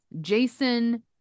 Jason